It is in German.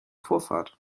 vorfahrt